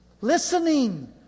Listening